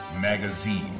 Magazine